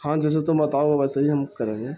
ہاں جیسے تم بتاؤ ویسے ہی ہم کریں گے